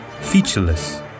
featureless